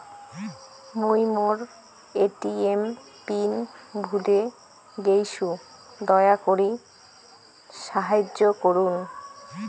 মুই মোর ATM pin ভুলে গেইসু, দয়া করি সাহাইয্য করুন